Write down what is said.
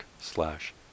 slash